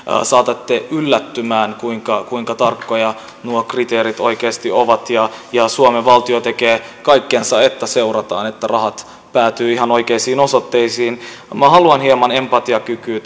saatatte yllättyä kuinka kuinka tarkkoja nuo kriteerit oikeasti ovat ja suomen valtio tekee kaikkensa että seurataan että rahat päätyvät ihan oikeisiin osoitteisiin minä haluan hieman empatiakykyä